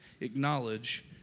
acknowledge